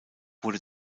wurde